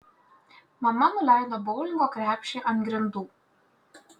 mama nuleido boulingo krepšį ant grindų